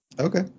okay